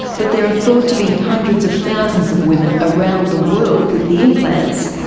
but there are thought to be hundreds of thousands of women around the world with the implants,